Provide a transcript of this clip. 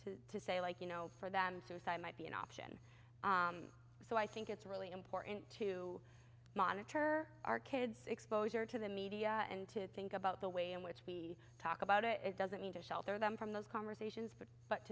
to say like you know for them to sign might be an option so i think it's really important to monitor our kids exposure to the media and to think about the way in which we talk about it doesn't mean to shelter them from those conversations but but